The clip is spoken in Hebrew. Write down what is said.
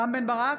רם בן ברק,